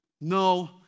No